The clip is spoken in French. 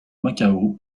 macao